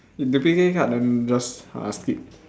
if duplicate card then just uh skip